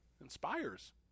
Inspires